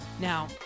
Now